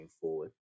forward